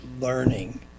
learning